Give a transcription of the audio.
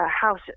house